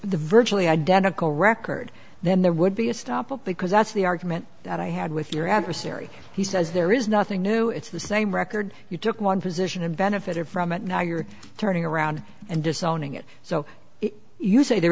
the virtually identical record then there would be a stop because that's the argument that i had with your adversary he says there is nothing new it's the same record you took one position and benefited from it now you're turning around and disowning it so you say there